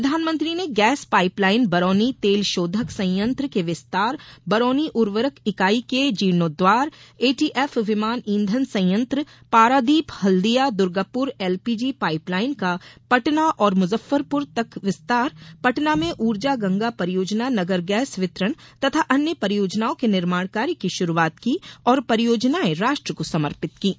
प्रधानमंत्री ने gas pipe line Barauni तेल शोधक संयंत्र के विस्तार बरौनी उर्वरक इकाई के जीर्णोद्वार ए टी एफ विमान ईंधन संयंत्र पारादीप हल्दिया दुर्गापुर एलपीजी पाइपलाइन का पटना और मुजफ्फरपुर तक विस्तार पटना में ऊर्जा गंगा परियोजना नगर गैस वितरण तथा अन्य परियोजनाओं के निर्माण कार्य की शुरूआत की और परियोजनाएं राष्ट्र को समर्पित कीं